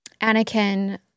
Anakin